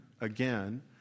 again